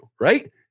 right